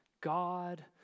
God